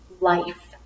life